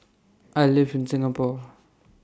I live in Singapore